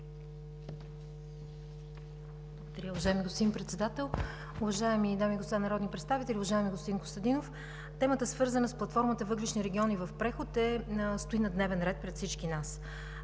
Ви, уважаеми господин Председател. Уважаеми дами и господа народни представители! Уважаеми господин Костадинов, темата, свързана с платформата „Въглищни региони в преход“, стои на дневен ред пред всички нас.